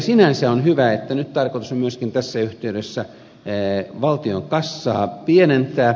sinänsä on hyvä että nyt tarkoitus on myöskin tässä yhteydessä valtion kassaa pienentää